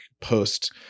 post